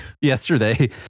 yesterday